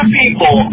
people